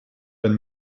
ein